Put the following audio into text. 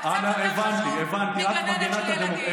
זה קצת יותר חשוב מגננת של ילדים.